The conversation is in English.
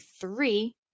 three